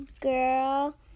Girl